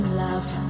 love